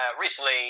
recently